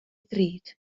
ddrud